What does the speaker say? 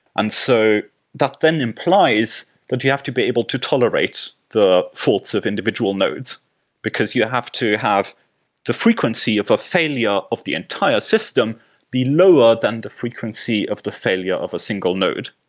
and so that then implies that you have to be able to tolerate the faults of individual nodes because you have to have the frequency of a failure of the entire system be lower than the frequency of the failure of a single node.